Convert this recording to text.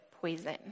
poison